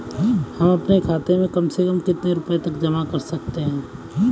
हम अपने खाते में कम से कम कितने रुपये तक जमा कर सकते हैं?